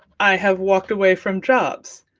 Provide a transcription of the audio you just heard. i have walked away from jobs.